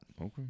Okay